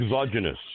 exogenous